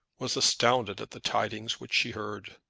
was astounded at the tidings which she heard.